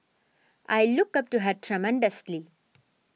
I look up to her tremendously